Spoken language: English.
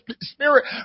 spirit